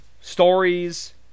stories